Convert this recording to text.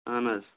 اہن حظ